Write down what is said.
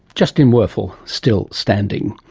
justin werfel, still standing,